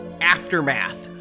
Aftermath